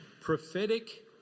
prophetic